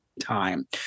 time